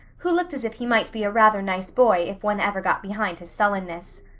who looked as if he might be a rather nice boy if one ever got behind his sullenness.